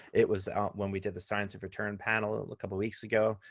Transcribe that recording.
it was up when we did the science of return panel a couple weeks ago,